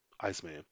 Iceman